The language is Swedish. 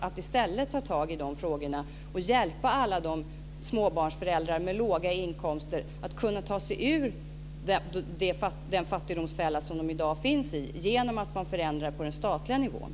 Staten borde ta tag i de frågorna och hjälpa alla de småbarnsföräldrar med låga inkomster att kunna ta sig ur den fattigdomsfälla som de i dag befinner sig i genom att förändra på den statliga nivån.